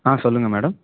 ஆ சொல்லுங்கள் மேடம்